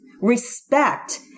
respect